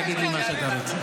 תגיד לי מה שאתה רוצה.